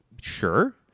sure